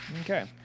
Okay